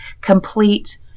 complete